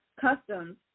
customs